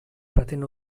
pretén